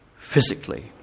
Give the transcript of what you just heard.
physically